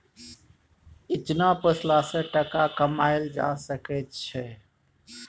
इचना पोसला सँ टका कमाएल जा सकै छै